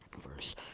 verse